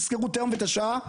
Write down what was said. תזכרו את היום ואת השעה.